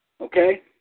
okay